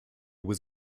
was